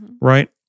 right